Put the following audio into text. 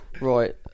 right